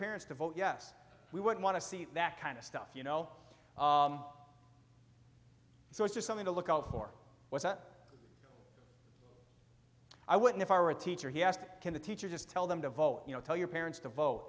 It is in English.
parents to vote yes we would want to see that kind of stuff you know so it's just something to look out for was that i wouldn't if i were a teacher he asked can the teacher just tell them to vote you know tell your parents to vote